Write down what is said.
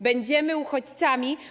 Będziemy uchodźcami.